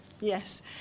yes